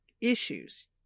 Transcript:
issues